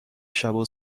شبو